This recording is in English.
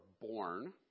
born